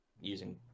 using